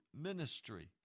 ministry